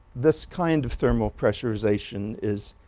this kind of thermal pressurization is